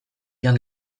joan